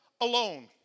alone